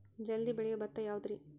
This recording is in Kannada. ಜಲ್ದಿ ಬೆಳಿಯೊ ಭತ್ತ ಯಾವುದ್ರೇ?